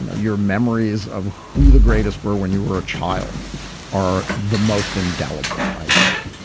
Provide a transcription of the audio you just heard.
you know your memories of who the greatest were when you were a child are the most indelible, i think.